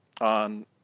on